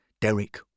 Derek